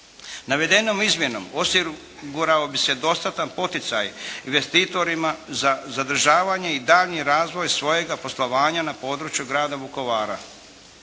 Navedenom izmjenom osigurao bi se dostatan poticaj investitorima za zadržavanje i daljnji razvoj svojega poslovanja na području grada Vukovara.